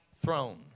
throne